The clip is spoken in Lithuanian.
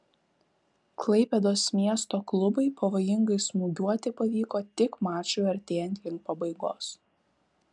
klaipėdos miesto klubui pavojingai smūgiuoti pavyko tik mačui artėjant link pabaigos